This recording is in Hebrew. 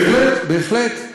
בהחלט, בהחלט.